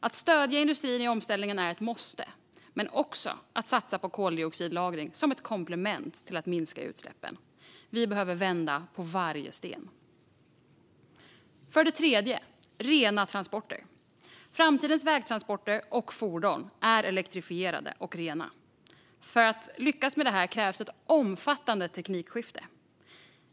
Att stödja industrin i omställningen är ett måste, liksom att satsa på koldioxidlagring som ett komplement till att minska utsläppen. Vi behöver vända på varje sten. För det tredje behöver vi rena transporter. Framtidens vägtransporter och fordon är elektrifierade och rena. För att lyckas med detta krävs ett omfattande teknikskifte.